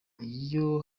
iyo